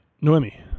Noemi